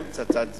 הם פצצת זמן.